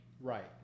Right